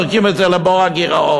זורקים את זה לבור הגירעון.